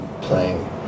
playing